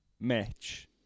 match